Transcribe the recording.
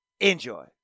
Enjoy